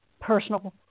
personal